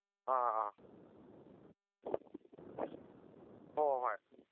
ꯑꯥ ꯍꯣꯏ ꯍꯣꯏ ꯍꯣꯏ